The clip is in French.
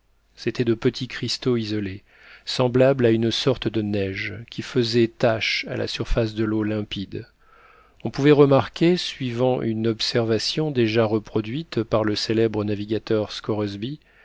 c'étaient de petits cristaux isolés semblables à une sorte de neige qui faisaient tache à la surface de l'eau limpide on pouvait remarquer suivant une observation déjà reproduite par le célèbre navigateur